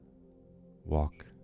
walk